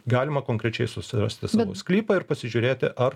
galima konkrečiai susirasti sklypą ir pasižiūrėti ar